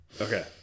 Okay